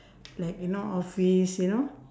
like you know office you know